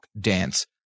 dance